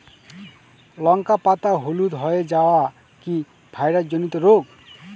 লঙ্কা পাতা হলুদ হয়ে যাওয়া কি ভাইরাস জনিত রোগ?